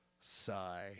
sigh